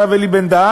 הרב אלי בן-דהן,